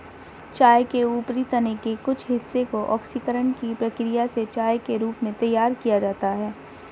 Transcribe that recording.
चाय के ऊपरी तने के कुछ हिस्से को ऑक्सीकरण की प्रक्रिया से चाय के रूप में तैयार किया जाता है